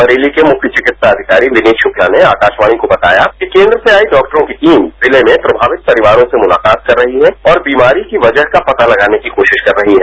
बरेली के मुख्य विकित्सा अधिकारी विनीत शुक्ला ने अकाशवाणी को बताया कि केन्द्र से आई डॉक्टरों की टीम जिले में प्रभावित परिवारों से मुलाकात कर रही है और बीमारी की वजह का पता लगाने की कोशिश कर रही है